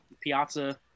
Piazza